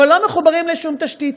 אבל לא מחוברים לשום תשתית.